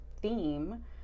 theme